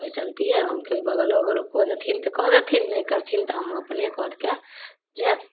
ओहि चलते हम कभी बगल अगल ओ कऽ देथिन तऽ कऽ देथिन नहि करथिन तऽ हम अपने कऽ के जायब